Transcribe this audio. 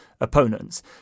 opponents